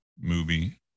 movie